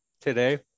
today